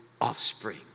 offspring